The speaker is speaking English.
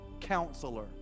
Counselor